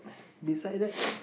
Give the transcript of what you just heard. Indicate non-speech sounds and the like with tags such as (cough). beside that (breath)